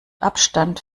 abstand